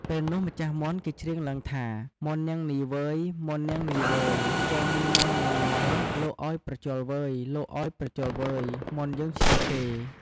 ពេលនោះ ម្ចាស់មាន់គេច្រៀងឡើងថា មាន់នាងនីវ៉ឺយៗ ជល់នឹងមាន់នាងនល់ លោកឲ្យ ប្រជល់ វ៉ឺយៗ មាន់យើងឈ្នះគេ ។